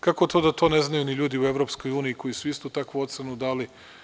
Kako to da to ne znaju ni ljudi u EU, koji su istu takvu ocenu dali?